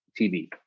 TV